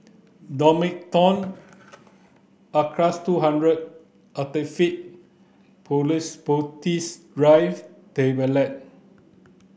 Domperidone Acardust two hundred Actifed Tablet